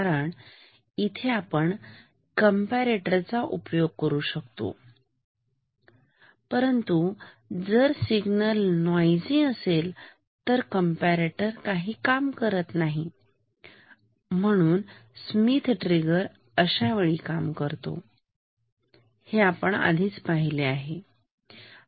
कारण इथे आपण कंपेरेटर चा उपयोग करू शकलो असतो परंतु जर सिग्नल नोईझी असेल तर कंपेरेटर काम करत नाही परंतु स्मिथ ट्रिगर अशावेळी काम करते हे आपण पाहिले आहे